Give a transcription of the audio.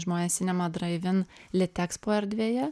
žmonės cinema drive in litexpo erdvėje